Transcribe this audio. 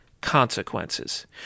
consequences